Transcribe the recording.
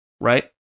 right